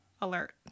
alert